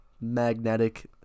magnetic